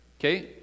Okay